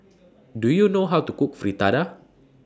Do YOU know How to Cook Fritada